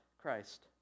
Christ